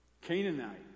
Canaanite